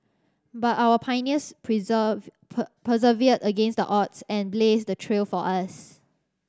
but our pioneers persevered against the odds and blazed the trail for us